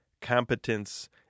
competence